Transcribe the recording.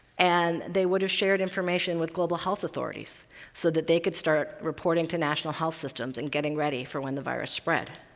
and they would have shared information with global health authorities so that they could start reporting to national health systems and getting ready for when the virus spread.